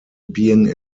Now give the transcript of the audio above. being